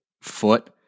foot